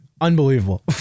Unbelievable